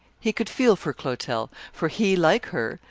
he could feel for clotel, for he, like her,